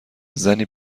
زنی